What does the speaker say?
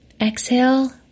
exhale